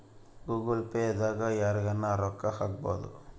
Google Pay ದಾಗ ಯರ್ಗನ ರೊಕ್ಕ ಹಕ್ಬೊದು